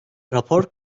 rapor